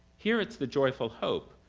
here it's the joyful hope,